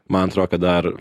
man atrodo kad dar